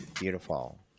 beautiful